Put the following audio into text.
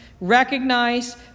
recognize